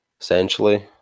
essentially